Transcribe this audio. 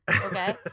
Okay